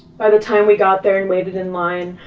by the time we got there and waited in line,